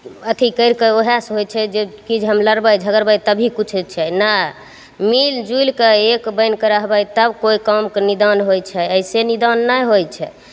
अथी करिके वएहसे होइ छै जे चीज हम लड़बै झगड़बै तभी किछु होइ छै नहि मिलिजुलिके एक बनिके रहबै तब कोइ कामके निदान होइ छै अइसे निदान नहि होइ छै